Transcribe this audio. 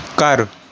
ਘਰ